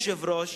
אדוני היושב-ראש,